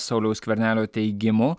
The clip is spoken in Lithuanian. sauliaus skvernelio teigimu